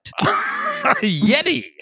Yeti